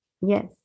Yes